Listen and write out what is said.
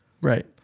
Right